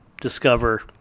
discover